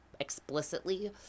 explicitly